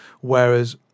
whereas